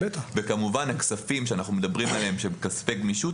וכמובן הכספים שאנחנו מדברים עליהם שהם כספי גמישות,